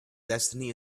destiny